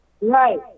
right